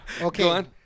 Okay